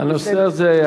הנושא הזה,